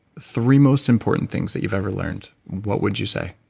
three most important things that you've ever learned, what would you say?